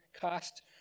cost